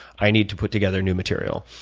i need to put together new material,